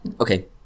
Okay